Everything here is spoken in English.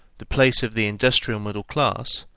the place of the industrial middle class,